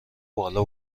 بالا